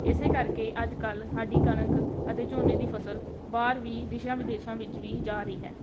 ਇਸ ਕਰਕੇ ਅੱਜ ਕੱਲ੍ਹ ਸਾਡੀ ਕਣਕ ਅਤੇ ਝੋਨੇ ਦੀ ਫ਼ਸਲ ਬਾਹਰ ਵੀ ਦੇਸ਼ਾਂ ਵਿਦੇਸ਼ਾਂ ਵਿੱਚ ਵੀ ਜਾ ਰਹੀ ਹੈ